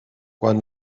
quan